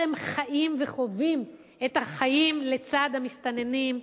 הם חיים וחווים את החיים לצד המסתננים,